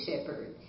Shepherd